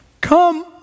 come